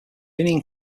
union